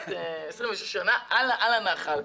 26 שנים ואני גרה על הנחל.